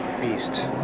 beast